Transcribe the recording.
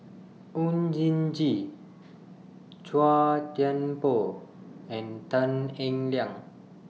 Oon Jin Gee Chua Thian Poh and Tan Eng Liang